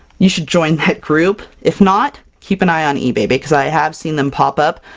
you should join that group! if not, keep an eye on ebay, because i have seen them pop up.